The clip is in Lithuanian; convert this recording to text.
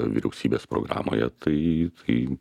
vyriausybės programoje tai tai